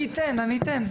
אני אתן, אני אתן,